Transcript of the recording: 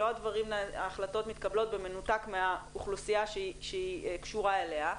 שההחלטות לא מתקבלות במנותק מהאוכלוסייה שקשורה אליה,